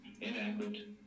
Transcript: inaccurate